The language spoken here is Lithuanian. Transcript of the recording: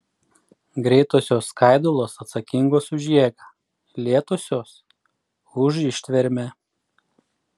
greitosios skaidulos atsakingos už jėgą lėtosios už ištvermę